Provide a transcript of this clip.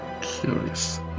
Curious